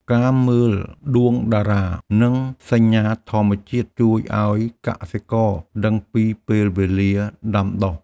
ការមើលដួងតារា និងសញ្ញាធម្មជាតិ ជួយឱ្យកសិករដឹងពីពេលវេលាដាំដុះ។